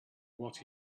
what